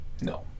no